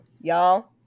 y'all